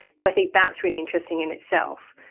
so i think that's really interesting in itself.